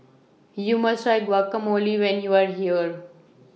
YOU must Try Guacamole when YOU Are here